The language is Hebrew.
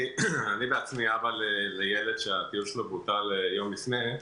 אני בעצמי אבא לילד שהטיול שלו בוטל יום לפני.